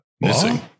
missing